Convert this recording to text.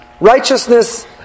righteousness